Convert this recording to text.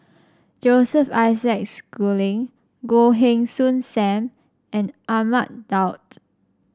Joseph Isaac Schooling Goh Heng Soon Sam and Ahmad Daud